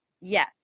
yes